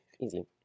Easy